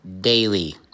daily